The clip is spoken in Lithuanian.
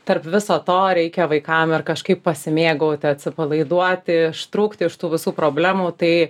tarp viso to reikia vaikam ir kažkaip pasimėgauti atsipalaiduoti ištrūkti iš tų visų problemų tai